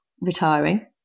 retiring